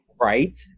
right